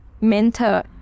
mentor